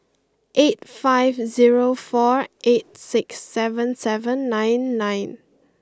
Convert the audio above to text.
eight five zero four eight six seven seven nine nine